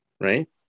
Right